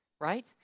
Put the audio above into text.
right